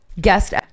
Guest